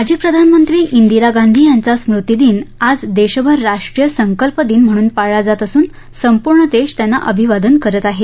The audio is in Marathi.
माजी प्रधानमंत्री इंदिरा गांधी यांचा स्मृतिदिन आज देशभर राष्ट्रीय संकल्प दिन म्हणून पाळला जात असून संपूर्ण देश त्यांना अभिवादन करत आहे